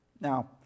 Now